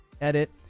Edit